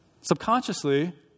subconsciously